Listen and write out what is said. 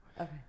Okay